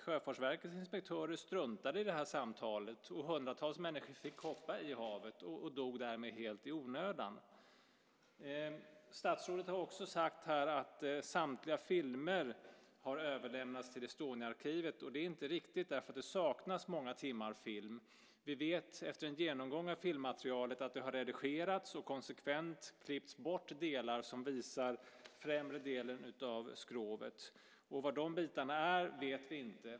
Sjöfartsverkets inspektörer struntade i det här samtalet, och hundratals människor fick hoppa i havet och dog därmed helt i onödan. Statsrådet har också sagt här att samtliga filmer har överlämnats till Estoniaarkivet. Det är inte riktigt, därför att det saknas många timmar film. Vi vet efter en genomgång av filmmaterialet att det har redigerats och konsekvent klippts bort delar som visar främre delen av skrovet. Var de bitarna är vet vi inte.